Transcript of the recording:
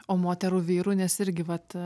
o moterų vyrų nes irgi vat